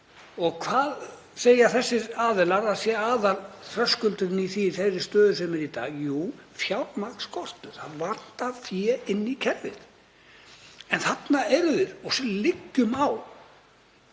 Og hvað segja þessir aðilar að sé aðalþröskuldurinn í þeirri stöðu sem er í dag? Jú, fjármagnsskortur. Það vantar fé inn í kerfið. En þarna eru þeir, við liggjum á